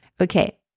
Okay